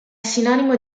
sinonimo